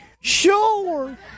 Sure